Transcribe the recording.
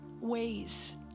ways